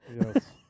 Yes